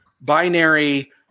binary